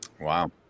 Wow